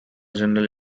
general